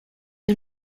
you